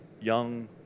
young